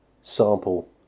sample